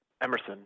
Emerson